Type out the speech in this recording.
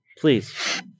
Please